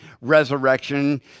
resurrection